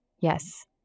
Yes